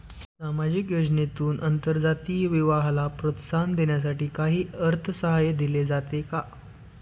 सामाजिक योजनेतून आंतरजातीय विवाहाला प्रोत्साहन देण्यासाठी काही अर्थसहाय्य दिले जाते का?